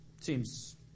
seems